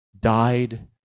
died